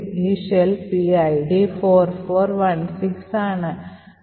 ഈ shell PID 4416 ആണ്